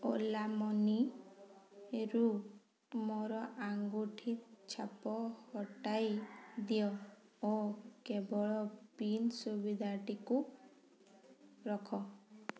ଓଲା ମନିରୁ ମୋର ଆଙ୍ଗୁଠି ଛାପ ହଟାଇ ଦିଅ ଓ କେବଳ ପିନ୍ ସୁବିଧାଟିକୁ ରଖ